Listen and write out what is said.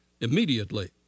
immediately